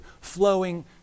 flowing